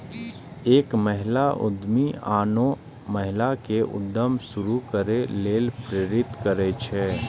एक महिला उद्यमी आनो महिला कें उद्यम शुरू करै लेल प्रेरित करै छै